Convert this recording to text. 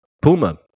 Puma